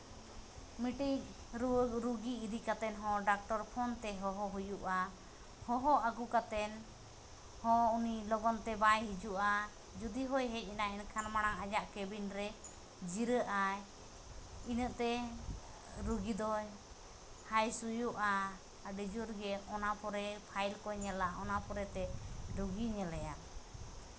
ᱢᱤᱫᱴᱤᱡ ᱨᱩᱣᱟᱹ ᱨᱩᱜᱤ ᱤᱫᱤ ᱠᱟᱛᱮᱫ ᱦᱚᱸ ᱰᱟᱠᱛᱚᱨ ᱯᱷᱳᱱ ᱛᱮ ᱦᱚᱦᱚ ᱦᱩᱭᱩᱜᱼᱟ ᱦᱚᱦᱚ ᱟᱹᱜᱩ ᱠᱟᱛᱮᱫ ᱦᱚᱸ ᱩᱱᱤ ᱞᱚᱜᱚᱱ ᱛᱮ ᱵᱟᱭ ᱦᱤᱡᱩᱜᱼᱟ ᱡᱩᱫᱤ ᱦᱚᱭ ᱦᱮᱡ ᱮᱱᱟ ᱮᱱᱠᱷᱟᱱ ᱢᱟᱲᱟᱝ ᱟᱭᱟᱜ ᱠᱮᱵᱤᱱ ᱨᱮ ᱡᱤᱨᱟᱹᱜ ᱟᱭ ᱤᱱᱟᱹᱜ ᱛᱮ ᱨᱩᱜᱤ ᱫᱚᱭ ᱦᱟᱭ ᱥᱩᱭᱩᱜᱼᱟ ᱟᱹᱰᱤ ᱡᱳᱨ ᱜᱮ ᱚᱱᱟ ᱯᱚᱨᱮ ᱯᱷᱟᱭᱤᱞ ᱠᱚ ᱧᱮᱞᱟ ᱚᱱᱟ ᱯᱚᱨᱮᱛᱮ ᱨᱩᱜᱤ ᱧᱮᱞᱮᱭᱟᱭ